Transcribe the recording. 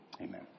Amen